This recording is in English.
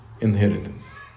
inheritance